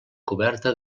coberta